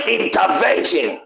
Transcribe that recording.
intervention